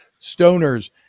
stoners